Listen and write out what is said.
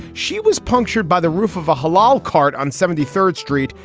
she was punctured by the roof of a halsall cart on seventy third street,